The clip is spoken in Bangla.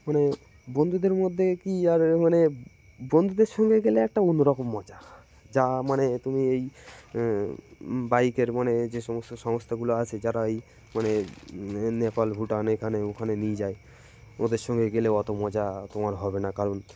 মানে বন্ধুদের মধ্যে কী আর মানে বন্ধুদের সঙ্গে গেলে একটা অন্য রকম মজা যা মানে তুমি এই বাইকের মানে যে সমস্ত সংস্থাগুলো আছে যারা এই মানে নেপাল ভুটান এখানে ওখানে নিয়ে যায় ওদের সঙ্গে গেলে অত মজা তোমার হবে না কারণ